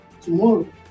tomorrow